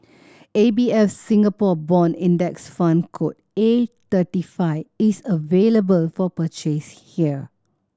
A B F Singapore Bond Index Fund code A thirty five is available for purchase here